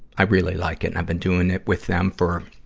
i really like. and i've been doing it with them for,